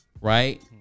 right